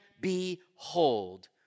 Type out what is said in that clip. behold